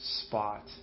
spot